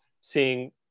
seeing